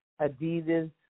Adidas